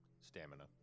stamina